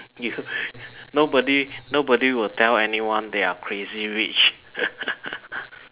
you nobody nobody will tell anyone they are crazy rich